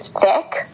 thick